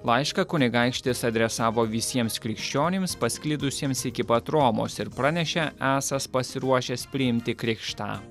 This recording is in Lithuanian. laišką kunigaikštis adresavo visiems krikščionims pasklidusiems iki pat romos ir pranešė esąs pasiruošęs priimti krikštą